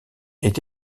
est